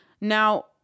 Now